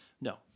No